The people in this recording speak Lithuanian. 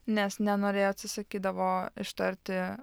nes nenorėjo atsisakydavo ištarti